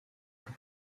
plus